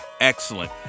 Excellent